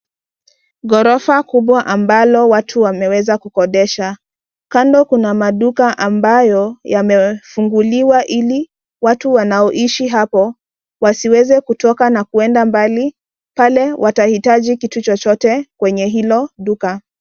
Gorofa kubwa ambalo watu wameweza kukodesha. Kando kuna maduka ambayo yamefunguliwa ili watu wanaoishi hapo wasiweze kutoka na kuenda mbali pale watahitaji kitu chochote kwenye hilo duka.